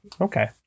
Okay